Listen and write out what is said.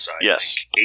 yes